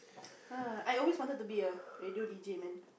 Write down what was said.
I always wanted to be a radio D_J man